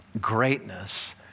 Greatness